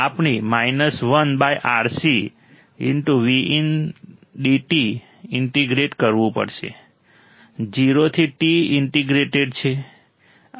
આપણે 1 RC integrate કરવું પડશે 0 થી t ઇન્ટિગ્રેટેડ છે